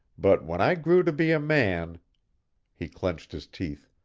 but when i grew to be a man he clenched his teeth